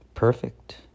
perfect